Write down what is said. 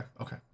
okay